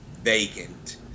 vacant